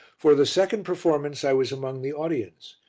for the second performance i was among the audience,